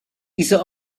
diese